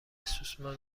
سوسمار